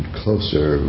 closer